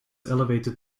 elevated